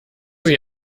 sie